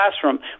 classroom